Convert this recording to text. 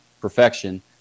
perfection